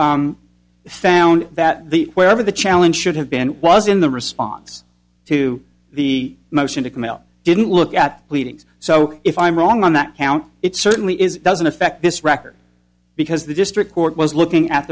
found that the whatever the challenge should have been was in the response to the motion to compel didn't look at pleadings so if i'm wrong on that count it certainly is doesn't affect this record because the district court was looking at